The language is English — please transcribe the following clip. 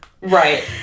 Right